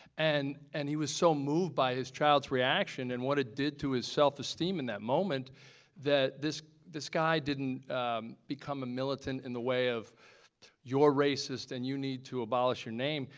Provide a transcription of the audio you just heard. and and he was so moved by his child's reaction and what it did to his self esteem in that moment that this this guy didn't become a militant in the way of you're racist and you need to abolish your name.